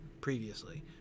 previously